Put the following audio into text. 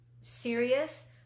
serious